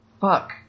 fuck